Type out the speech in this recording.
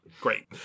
Great